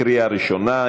לקריאה ראשונה.